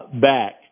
back